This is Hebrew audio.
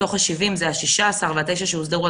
מתוך ה-70 זה ה-16 והתשעה שהוסדרו,